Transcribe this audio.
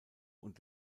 und